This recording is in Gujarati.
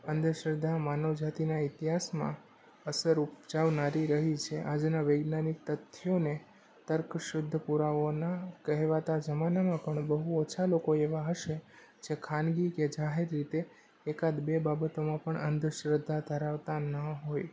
અંધશ્રદ્ધા માનવ જાતિના ઇતિહાસમાં અસર ઉપજાવનારી રહી છે આજના વૈજ્ઞાનિક તથ્યોને તર્ક શુદ્ધ પુરાવાના કહેવાતા જમાનામાં પણ બહુ ઓછા લોકો એવા હશે જે ખાનગી કે જાહેર રીતે એકાદ બે બાબતોમાં પણ અંધશ્રદ્ધા ધરાવતા ન હોય